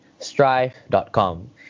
strive.com